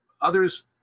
Others